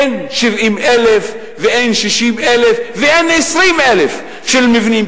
אין 70,000 ואין 60,000 ואין 20,000 מבנים.